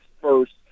first